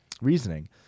reasoning